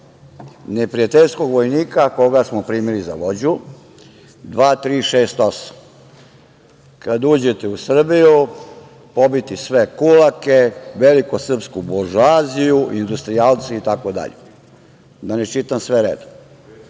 neprijateljskog vojnika koga smo primili za vođu dva, tri, šest, osam. Kada uđete u Srbiju, pobiti sve kulake, velikosrpsku buržoaziju, industrijalce i tako dalje, da ne čitam sve redom. Taj